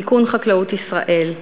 מיכון חקלאות ישראל,